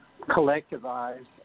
collectivized